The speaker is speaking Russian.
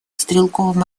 стрелковым